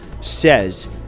says